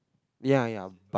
ya ya but